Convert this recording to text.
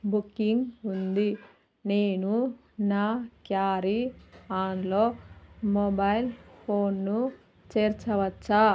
booking ఉంది నేను నా క్యారీఆన్లో మొబైల్ ఫోన్ను చేర్చవచ్చా